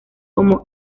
como